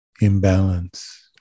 imbalance